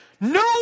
no